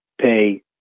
pay